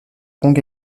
kong